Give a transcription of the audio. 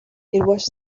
was